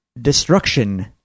destruction